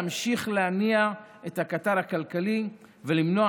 להמשיך להניע את הקטר הכלכלי ולמנוע